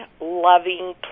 loving